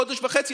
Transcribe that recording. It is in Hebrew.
חודש וחצי,